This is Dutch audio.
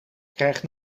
krijgt